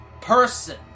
person